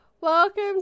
Welcome